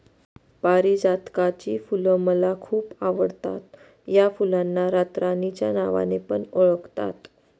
पारीजातकाची फुल मला खूप आवडता या फुलांना रातराणी च्या नावाने पण ओळखतात